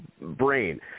brain